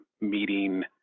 meeting